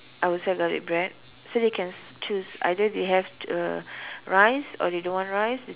I will sell garlic bread so they can choose either they have uh rice or they don't want rice